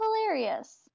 hilarious